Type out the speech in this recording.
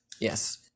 Yes